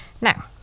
Now